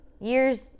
years